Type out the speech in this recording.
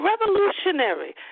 revolutionary